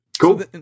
Cool